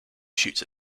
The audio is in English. shoots